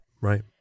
Right